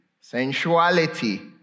sensuality